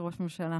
כראש הממשלה,